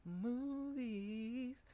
Movies